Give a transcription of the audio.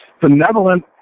benevolent